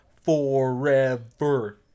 Forever